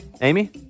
Amy